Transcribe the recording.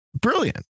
brilliant